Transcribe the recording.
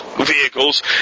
vehicles